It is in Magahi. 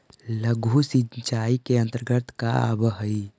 लघु सिंचाई के अंतर्गत का आव हइ?